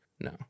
no